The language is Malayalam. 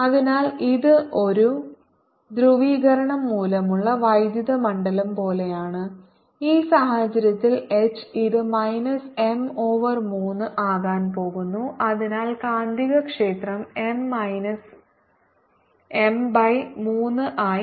അതിനാൽ ഇത് ഒരു ധ്രുവീകരണം മൂലമുള്ള വൈദ്യുത മണ്ഡലം പോലെയാണ് ഈ സാഹചര്യത്തിൽ എച്ച് ഇത് മൈനസ് എം ഓവർ 3ആകാൻ പോകുന്നു അതിനാൽ കാന്തികക്ഷേത്രം M മൈനസ് M ബൈ 3 ആയി മാറുന്നു ഇത് 2 M ബൈ 3 ആണ്